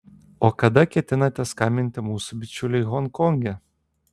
o kada ketinate skambinti mūsų bičiuliui honkonge